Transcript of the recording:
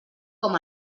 com